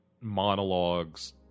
monologues